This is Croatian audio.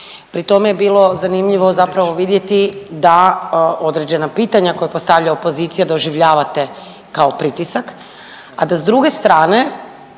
Pri tome je bilo zanimljivo zapravo vidjeti da određena pitanja koja postavlja opozicija doživljavate kao pritisak, a da s druge strane